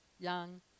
young